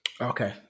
Okay